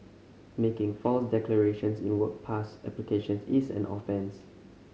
making false declarations in work pass applications is an offence